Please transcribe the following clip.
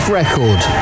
record